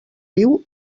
viu